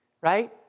right